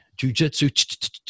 jujitsu